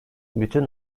bütün